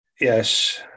Yes